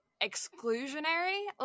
exclusionary